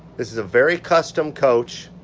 this is a very custom coach,